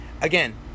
again